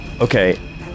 Okay